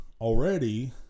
already